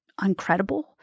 uncredible